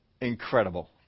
incredible